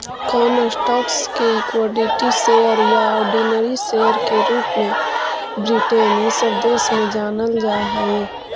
कौन स्टॉक्स के equity share या ऑर्डिनरी शेयर के रूप में ब्रिटेन इ सब देश में जानल जा हई